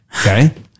Okay